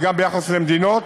וגם ביחס למדינות